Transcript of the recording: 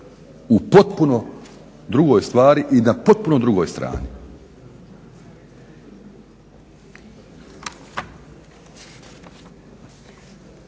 u potpuno drugoj stvari i na potpuno drugoj strani.